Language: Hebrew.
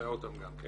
נזהה אותם גם כן